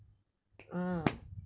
ah